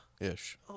ish